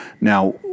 now